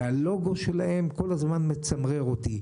והלוגו שלהם כל הזמן מצמרר אותי: